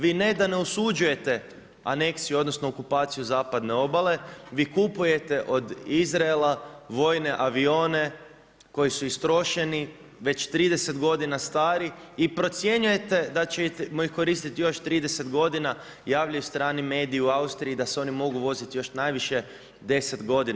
Vi ne da ne osuđujete aneksiju odnosno okupaciju Zapadne obale, vi kupujete od Izraela vojne avione koji su istrošeni, već 30 godina stari i procjenjujete da ćemo ih koristit još 30 godina, javljaju strani mediji u Austriji da se oni mogu voziti još najviše 10 godina.